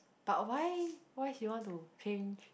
but why why he want to change